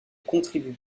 contribue